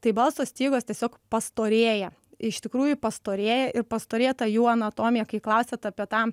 tai balso stygos tiesiog pastorėja iš tikrųjų pastorėja ir pastorėja ta jų anatomija kai klausiat apie tą